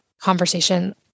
conversation